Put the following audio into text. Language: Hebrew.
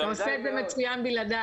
אתה עושה את זה מצוין בלעדיי.